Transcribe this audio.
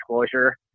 disclosure